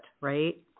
Right